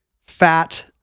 fat